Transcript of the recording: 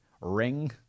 ring